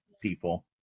people